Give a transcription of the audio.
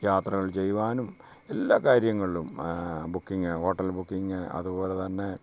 യാത്രകൾ ചെയ്യുവാനും എല്ലാ കാര്യങ്ങളിലും ബുക്കിംഗ് ഹോട്ടൽ ബുക്കിംഗ് അതുപോലെ തന്നെ